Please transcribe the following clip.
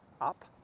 up